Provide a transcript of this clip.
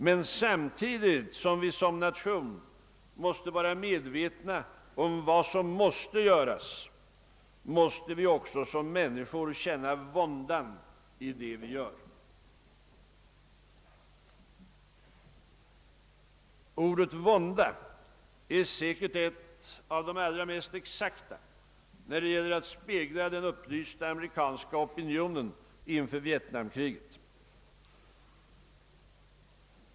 Men samtidigt som vi som nation måste vara medvetna om vad som måste göras, måste vi också som människor känna våndan i det vi gÖr.» Ordet vånda är säkert ett av de allra mest exakta när det gäller att spegla den upplysta amerikanska opinionen inför vietnamkriget.